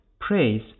praise